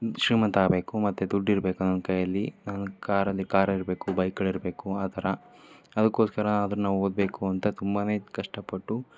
ಶ್ರೀಮಂತ ಆಗ್ಬೇಕು ಮತ್ತು ದುಡ್ಡಿರಬೇಕು ನನ್ನ ಕೈಯಲ್ಲಿ ನಾನು ಕಾರಲ್ಲಿ ಕಾರ್ ಇರಬೇಕು ಬೈಕುಗಳಿರ್ಬೇಕು ಆ ಥರ ಅದಕ್ಕೋಸ್ಕರನಾದರೂ ನಾವು ಓದಬೇಕು ಅಂತ ತುಂಬಾ ಕಷ್ಟಪಟ್ಟು